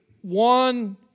one